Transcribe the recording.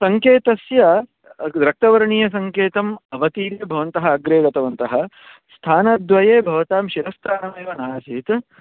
सङ्केतस्य रक्तवर्णीयसङ्केतम् अवतीर्य भवन्तः अग्रे गतवन्तः स्थानद्वये भवतां शिरस्त्राणमेव नासीत्